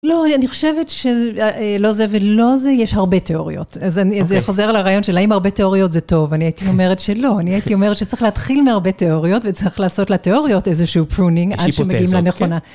לא, אני חושבת שלא זה ולא זה, יש הרבה תיאוריות. אז זה חוזר לרעיון של האם הרבה תיאוריות זה טוב. אני הייתי אומרת שלא, אני הייתי אומרת שצריך להתחיל מהרבה תיאוריות וצריך לעשות לתיאוריות איזשהו פרונים עד שמגיעים לנכונה.